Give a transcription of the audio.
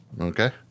Okay